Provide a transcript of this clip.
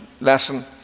lesson